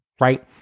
Right